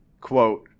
quote